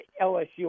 lsu